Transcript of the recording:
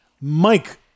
Mike